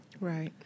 right